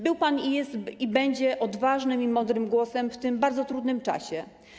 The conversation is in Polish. Był pan, jest i będzie odważnym i mądrym głosem w tym bardzo trudnym czasie.